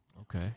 Okay